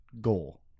goal